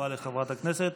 תודה רבה לחברת הכנסת.